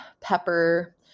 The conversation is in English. pepper